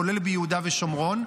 כולל ביהודה ושומרון.